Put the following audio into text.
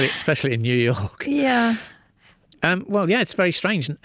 especially in new yeah yeah and well, yeah, it's very strange. and